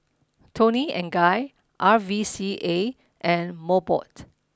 Toni and Guy R V C A and Mobot